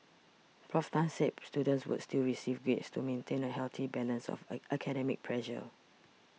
Prof Tan said students would still receive grades to maintain a healthy balance of academic pressure